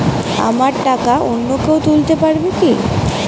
আমার টাকা অন্য কেউ তুলতে পারবে কি?